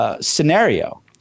scenario